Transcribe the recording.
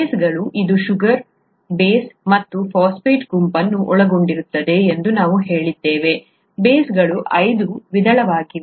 ಬೇಸ್ಗಳು ಇದು sugar base ಮತ್ತು phosphate ಗುಂಪನ್ನು ಒಳಗೊಂಡಿರುತ್ತದೆ ಎಂದು ನಾವು ಹೇಳಿದ್ದೇವೆ ಬೇಸ್ಗಳು ಐದು ವಿಧಗಳಾಗಿವೆ